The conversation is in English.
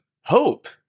hope